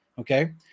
Okay